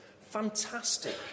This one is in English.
Fantastic